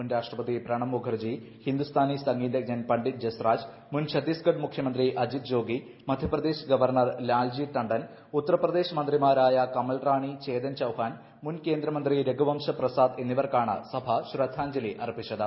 മുൻ രാഷ്ട്രപതി പ്രണബ് മുഖർജി ഹിന്ദുസ്ഥാനി സംഗീതജ്ഞൻ പണ്ഡിറ്റ് ജസ്രാജ് മുൻ ഛത്തീസ്ഗഡ് മുഖ്യമന്ത്രി അജിത് ജോഗി മധ്യപ്രദേശ് ഗവർണർ ലാൽജി ടണ്ടൻ ഉത്തർപ്രദേശ് മന്ത്രിമാരായ കമൽ റാണി ചേതൻ ചൌഹാൻ മുൻ കേന്ദ്രമന്ത്രി രഘുവംശ പ്രസാദ് എന്നിവർക്കാണ് സഭ ശ്രദ്ധാഞ്ജലി അർപ്പിച്ചത്